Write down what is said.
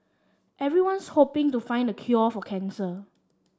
everyone's hoping to find the cure for cancer